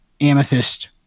amethyst